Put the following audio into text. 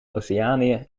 oceanië